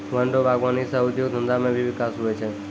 वन रो वागबानी सह उद्योग धंधा मे भी बिकास हुवै छै